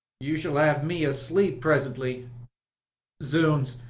you shall have me asleep presently zounds,